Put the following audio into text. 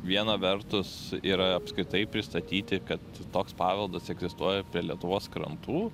viena vertus yra apskritai pristatyti kad toks paveldas egzistuoja apie lietuvos krantų